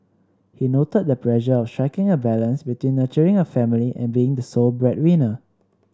he noted the pressure of striking a balance between nurturing a family and being the sole breadwinner